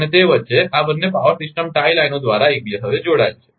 અને તે વચ્ચે આ બંને પાવર સિસ્ટમ ટાઇ લાઇનો દ્વારા એકબીજા સાથે જોડાયેલ છે